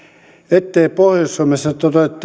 ettei pohjois suomessa